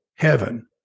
Heaven